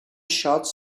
shots